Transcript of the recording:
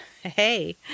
hey